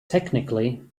technically